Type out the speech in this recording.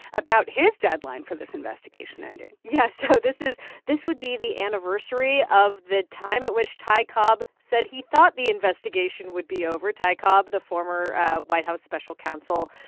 about his deadline for this investigation ending yeah. so this is this would be the anniversary of the time at which ty cobb said he thought the investigation would be over. ty cobb, the former white house special counsel,